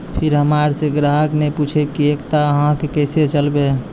फिर हमारा से ग्राहक ने पुछेब की एकता अहाँ के केसे चलबै?